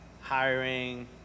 hiring